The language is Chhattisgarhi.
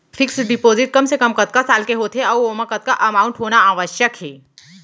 फिक्स डिपोजिट कम से कम कतका साल के होथे ऊ ओमा कतका अमाउंट होना आवश्यक हे?